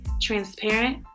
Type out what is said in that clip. transparent